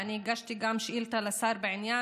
והגשתי גם שאילתה לשר בעניין,